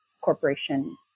corporation